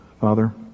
Father